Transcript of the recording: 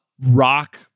rock